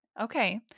Okay